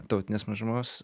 tautinės mažumos